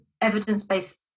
evidence-based